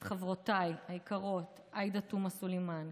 את חברותיי היקרות עאידה תומא סלימאן,